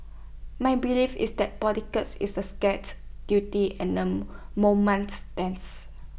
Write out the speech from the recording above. my belief is that politics is A sacred duty and A mammoth tense